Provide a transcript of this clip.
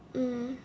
mm